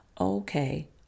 Okay